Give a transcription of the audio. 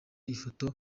ifoto